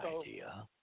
idea